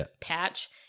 patch